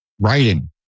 writing